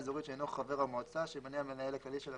מה אתה מגדיר בן אדם עם זיקה פוליטית?